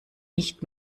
nicht